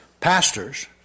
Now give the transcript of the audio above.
pastors